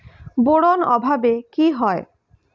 Boron অভাবে কি হয়?